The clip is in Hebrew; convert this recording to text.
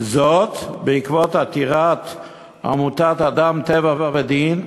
זאת בעקבות עתירת עמותת "אדם טבע ודין",